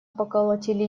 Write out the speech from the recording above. поколотили